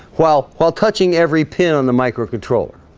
while while touching every pin on the microcontroller